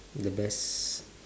the best